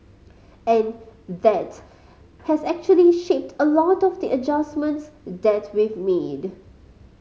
and that has actually shaped a lot of the adjustments that we've made